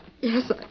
Yes